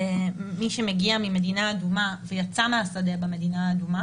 מי שמגיע ממדינה אדומה ויצא מהשדה במדינה האדומה